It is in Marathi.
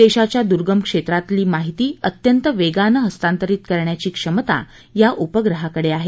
देशाच्या दुर्गम क्षेत्रातही माहिती अत्यंत वेगानं हस्तांतरीत करण्याची क्षमता या उपग्रहाकडे आहे